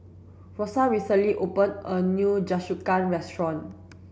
rosa recently open a new Jingisukan restaurant